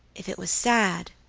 if it was sad,